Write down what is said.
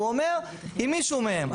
הוא אומר עם מישהו מהם.